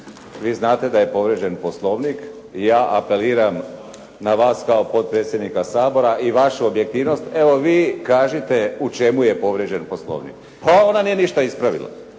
vi znate da je povrijeđen Poslovnik i ja apeliram na vas kao potpredsjednika Sabora i vašu objektivnost, evo vi kažite u čemu je povrijeđen Poslovnik. Pa ona nije ništa ispravila.